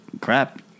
crap